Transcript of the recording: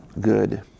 good